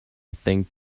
think